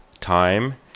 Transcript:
Time